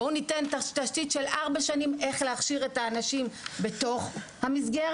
בואו ניתן תשתית של ארבע שנים איך להכשיר את האנשים בתוך המסגרת,